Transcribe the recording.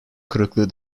kırıklığı